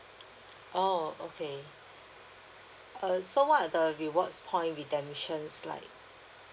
oh okay uh so what are the rewards point redemptions like